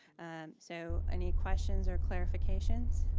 and so, any questions or clarifications?